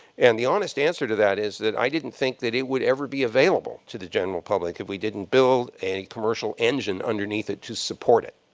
and the honest answer to that is that i didn't think it would ever be available to the general public if we didn't build a commercial engine underneath it to support it.